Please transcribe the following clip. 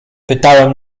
pytałem